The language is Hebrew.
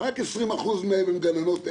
הן גננות אם.